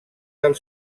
del